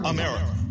America